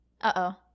Uh-oh